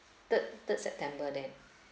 third third september then